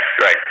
right